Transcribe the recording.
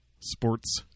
Sports